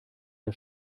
der